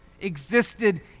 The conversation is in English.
existed